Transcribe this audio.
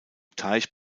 teich